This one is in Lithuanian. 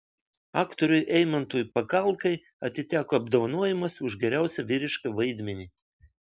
aktoriui eimantui pakalkai atiteko apdovanojimas už geriausią vyrišką vaidmenį